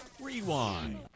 Rewind